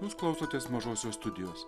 jūs klausotės mažosios studijos